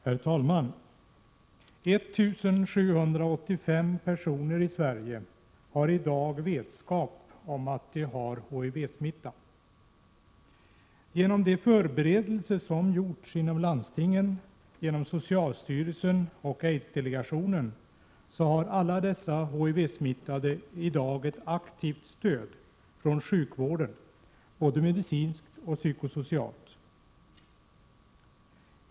Herr talman! 1 785 personer i Sverige har i dag vetskap om att de har HIV-smitta. Genom de förberedelser som gjorts av landstingen, socialstyrelsen och aids-delegationen har alla dessa HIV-smittade i dag ett aktivt stöd från sjukvården, både medicinskt och psykosocialt.